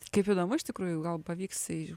kaip įdomu iš tikrųjų gal pavyks į